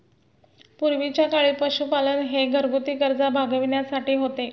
पूर्वीच्या काळी पशुपालन हे घरगुती गरजा भागविण्यासाठी होते